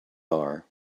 are